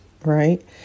Right